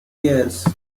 years